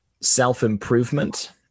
self-improvement